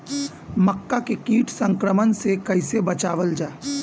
मक्का के कीट संक्रमण से कइसे बचावल जा?